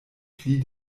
pli